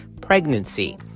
pregnancy